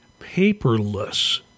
paperless